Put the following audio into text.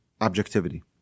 objectivity